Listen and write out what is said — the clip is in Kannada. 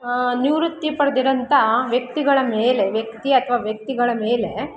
ನಿವೃತ್ತಿ ಪಡ್ದಿರೋಂಥ ವ್ಯಕ್ತಿಗಳ ಮೇಲೆ ವ್ಯಕ್ತಿ ಅಥವಾ ವ್ಯಕ್ತಿಗಳ ಮೇಲೆ